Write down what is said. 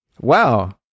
Wow